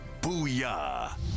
Booyah